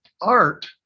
Art